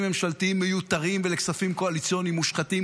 ממשלתיים מיותרים ולכספים קואליציוניים מושחתים,